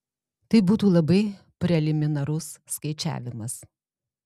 tai būtų labai preliminarus skaičiavimas